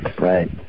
right